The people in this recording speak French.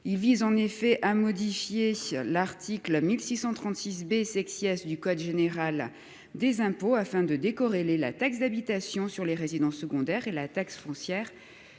il vise en effet à modifier l'article 1636 bé sexy du code général des impôts afin de décorer les la taxe d'habitation sur les résidences secondaires et la taxe foncière